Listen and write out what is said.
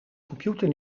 computer